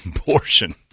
abortion